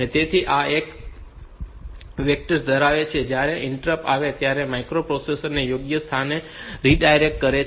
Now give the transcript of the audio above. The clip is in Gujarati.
તેથી આ એવા વેક્ટર્સ ધરાવે છે જે જ્યારે ઇન્ટરપ્ટ આવે ત્યારે માઇક્રોપ્રોસેસર ને યોગ્ય સ્થાને રીડાયરેક્ટ કરે છે